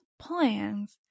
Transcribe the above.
plans